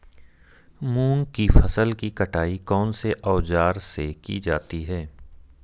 मूंग की फसल की कटाई कौनसे औज़ार से की जाती है?